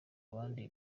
abandi